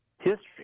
history